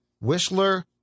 Whistler